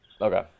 Okay